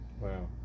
wow